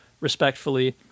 respectfully –